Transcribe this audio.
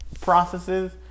processes